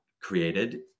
created